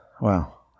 Wow